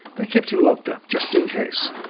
they kept him locked up, just in case.